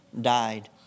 died